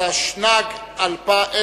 התשנ"ג 1993,